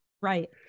Right